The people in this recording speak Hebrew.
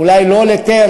אולי לא ל"טרם",